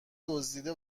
دزدیده